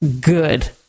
good